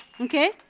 Okay